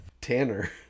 Tanner